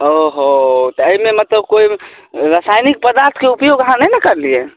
ओ हो तऽ एहिमे मतलब केओ रासायनिक पदार्थके उपयोग अहाँ नहि ने करलियै